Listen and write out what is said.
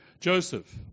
Joseph